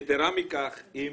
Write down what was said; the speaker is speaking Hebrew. יתרה מכך, אם